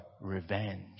revenge